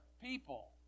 people